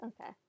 Okay